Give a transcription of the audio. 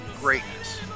greatness